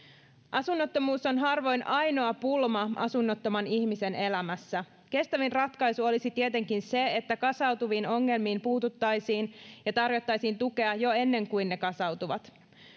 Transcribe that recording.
asunnottomuus on harvoin ainoa pulma asunnottoman ihmisen elämässä kestävin ratkaisu olisi tietenkin se että kasautuviin ongelmiin puututtaisiin ja tarjottaisiin tukea jo ennen kuin ne kasautuvat